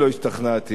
מספיק,